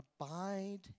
abide